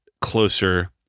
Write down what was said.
closer